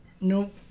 Nope